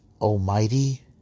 almighty